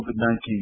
COVID-19